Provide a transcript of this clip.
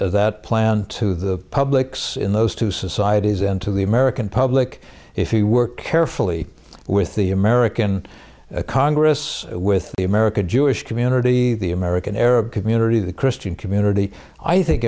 that plan to the publics in those two societies and to the american public if you work carefully with the american congress with the american jewish community the american arab community the christian community i think